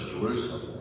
Jerusalem